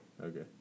Okay